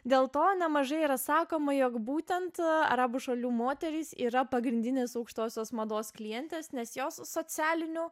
dėl to nemažai yra sakoma jog būtent arabų šalių moterys yra pagrindinės aukštosios mados klientės nes jos socialinių